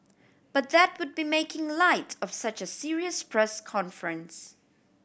but that would be making light of such a serious press conference